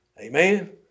Amen